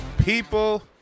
people